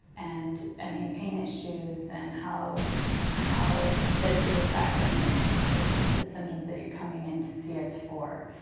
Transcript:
and any pain issues and how how this is affecting the the symptoms that you're coming in to see us for.